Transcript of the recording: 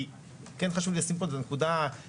כי כן חשוב לי לשים פה את הנקודה הסופית,